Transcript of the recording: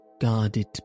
guarded